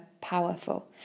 powerful